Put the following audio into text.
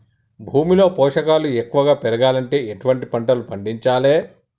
భూమిలో పోషకాలు ఎక్కువగా పెరగాలంటే ఎటువంటి పంటలు పండించాలే?